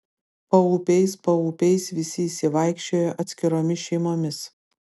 paupiais paupiais visi išsivaikščiojo atskiromis šeimomis